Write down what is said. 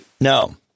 No